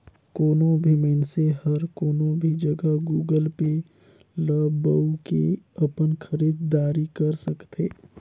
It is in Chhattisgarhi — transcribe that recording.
कोनो भी मइनसे हर कोनो भी जघा गुगल पे ल बउ के अपन खरीद दारी कर सकथे